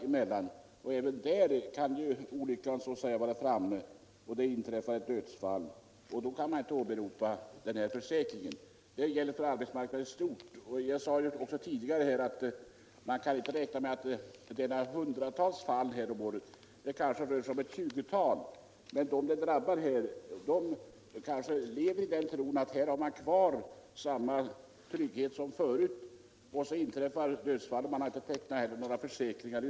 Även i sådana företag kan naturligtvis olyckan vara framme och ett dödsfall inträffa, och då gäller inte denna försäkring. Som jag tidigare sade rör det sig inte om hundratals fall om året, utan kanske om ett tjugotal. Men de änkor som berörs kan leva i tron att de har kvar samma trygghet som förut och tecknar inte några nya försäkringar.